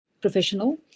professional